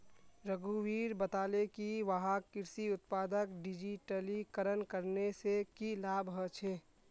रघुवीर बताले कि वहाक कृषि उत्पादक डिजिटलीकरण करने से की लाभ ह छे